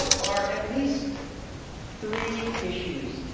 are at least three issues,